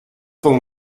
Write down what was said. con